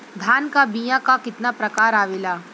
धान क बीया क कितना प्रकार आवेला?